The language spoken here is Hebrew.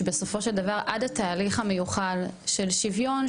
שבסופו של דבר עד התהליך המיוחל של שוויון,